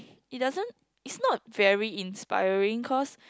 it doesn't is not very inspiring because